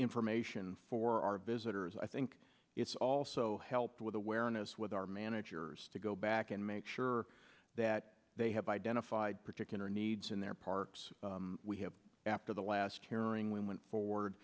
information for our visitors i think it's also helped with awareness with our managers to go back and make sure that they have identified particular needs in their parks we have after the last hearing we went forward